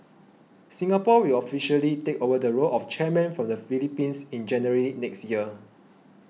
Singapore will officially take over the role of chairman from the Philippines in January next year